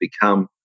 become